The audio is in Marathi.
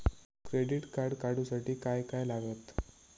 क्रेडिट कार्ड काढूसाठी काय काय लागत?